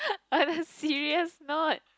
on a serious note